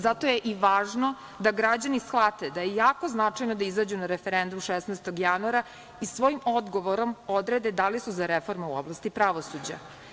Zato je i važno da građani shvate da je jako važno da izađu na referendum 16. januara i svojim odgovorom odrede da li su za reforme u oblasti pravosuđa.